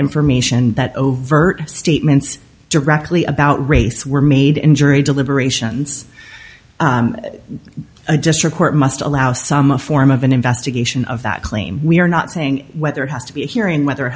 information that overt statements directly about race were made in jury deliberations a just report must allow some form of an investigation of that claim we're not saying whether it has to be a hearing whether